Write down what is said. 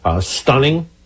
stunning